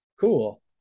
Cool